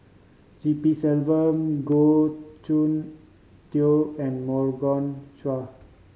G P Selvam Goh Soon Tioe and Morgan Chua